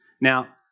Now